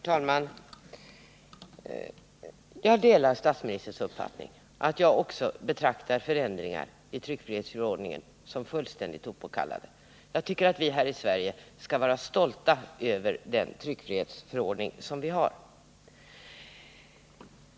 Herr talman! Jag delar statsministerns uppfattning härvidlag — också jag betraktar förändringar i tryckfrihetsförordningen som fullständigt opåkallade. Jag tycker att vi här i Sverige skall vara stolta över den tryckfrihetsförordning som vi har.